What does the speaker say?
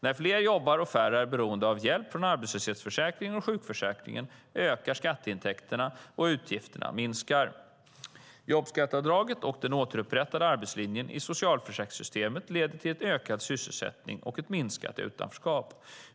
När fler jobbar och färre är beroende av hjälp från arbetslöshetsförsäkringen och sjukförsäkringen ökar skatteintäkterna och utgifterna minskar. Jobbskatteavdraget och den återupprättade arbetslinjen i socialförsäkringssystemet leder till en ökad sysselsättning och ett minskat utanförskap.